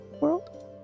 world